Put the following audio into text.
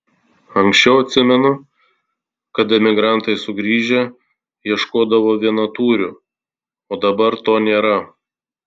anksčiau atsimenu kad emigrantai sugrįžę ieškodavo vienatūrių o dabar to nėra